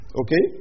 okay